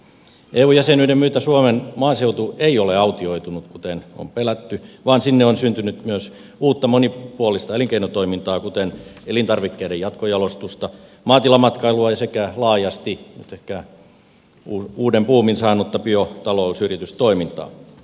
eu jäsenyyden myötä suomen maaseutu ei ole autioitunut kuten on pelätty vaan sinne on syntynyt myös uutta monipuolista elinkeinotoimintaa kuten elintarvikkeiden jatkojalostusta maatilamatkailua sekä laajasti nyt ehkä uuden buumin saanutta biotalousyritystoimintaa